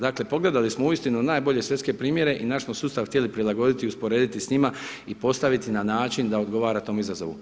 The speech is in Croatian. Dakle, pogledali smo uistinu najbolje svjetske primjere i naš smo sustav htjeli prilagoditi i usporediti s njima i postaviti na način da odgovara tom izazovu.